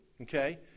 okay